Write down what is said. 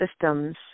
systems